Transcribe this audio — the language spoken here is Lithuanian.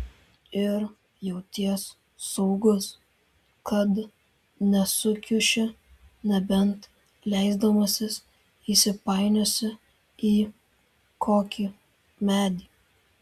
ir jauties saugus kad nesukiuši nebent leisdamasis įsipainiosi į kokį medį